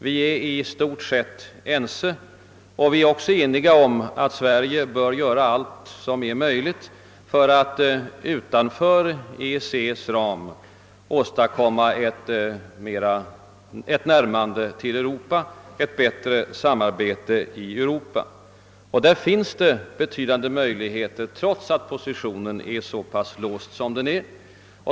Vi är i stort sett ense, och vi är ense också om att Sverige bör göra allt som är möjligt för att utanför EEC:s ram åstadkomma ett närmande till Europa och ett bättre samarbete med Europa. Där finns betydande möjligheter trots att positionen är så pass låst som den är.